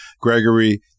Gregory